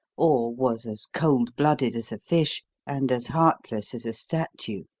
or was as cold-blooded as a fish and as heartless as a statue.